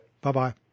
Bye-bye